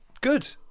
good